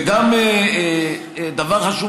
זה גם דבר חשוב,